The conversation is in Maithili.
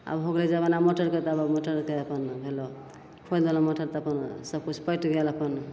आब हो गेलै जमाना मोटरके तऽ आब मोटरके अपन भेलऽ खोलि देलहुँ मोटर तऽ अपन सबकिछु पटि गेल अपन